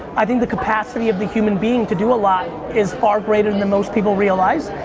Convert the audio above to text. i think the capacity of the human being to do a lot is far greater than most people realize.